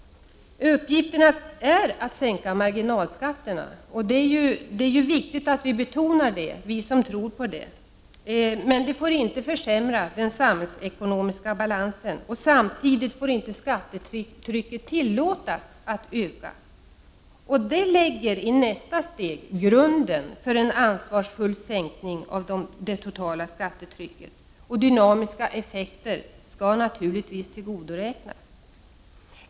Uppgiften är att sänka marginalskatterna. Det är viktigt att vi betonar detta, vi som tror på det. Men det får inte försämra den samhällsekonomiska balansen. Samtidigt får inte skattetrycket tillåtas öka. Detta lägger, i nästa steg, grunden för en ansvarsfull sänkning av det totala skattetrycket. Och dynamiska effekter skall naturligtvis tillgodoräknas.